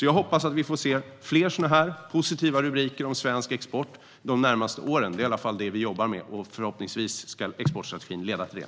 Jag hoppas alltså att vi får se fler positiva rubriker om svensk export under de närmaste åren. Det är i alla fall det vi jobbar med, och förhoppningsvis ska exportstrategin leda till det.